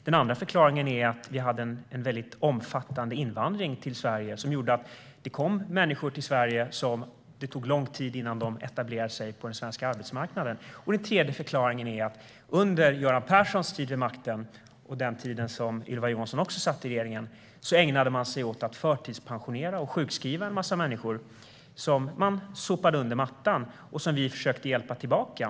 Den andra förklaringen är att det var en omfattande invandring till Sverige. Det tog lång tid för de människor som kommit till Sverige att etablera sig på den svenska arbetsmarknaden. Den tredje förklaringen är att under Göran Perssons tid vid makten, och den tid som Ylva Johansson också satt i regeringen, ägnade man sig åt att förtidspensionera och sjukskriva en massa människor. De sopades under mattan, och vi försökte hjälpa dem tillbaka.